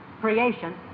creation